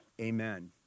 Amen